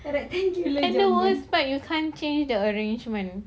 ya the the worst part you can't change the arrangement